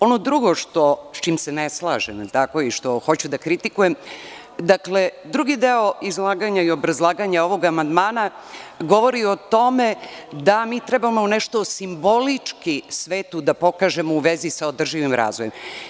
Ono drugo sa čime se ne slažem i što hoću da kritikujem, dakle drugi deo obrazlaganja i izlaganja ovog amandmana govori o tome da mi trebamo nešto simbolično svetu da pokažemo u vezi sa održivim razvojem.